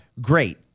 Great